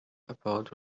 about